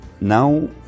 now